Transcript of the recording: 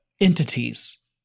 entities